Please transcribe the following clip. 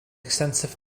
extensive